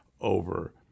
over